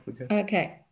okay